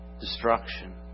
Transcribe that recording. destruction